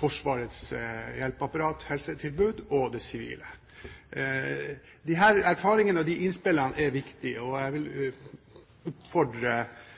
Forsvarets hjelpeapparat/helsetilbud og det sivile. Disse erfaringene og innspillene er viktige, og jeg vil oppfordre